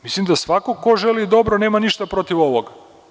Mislim da svako ko želi dobro nema ništa protiv ovoga.